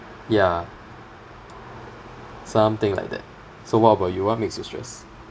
ya something like that so what about you what makes you stressed